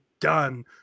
done